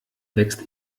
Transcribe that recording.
wächst